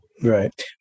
Right